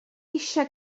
eisiau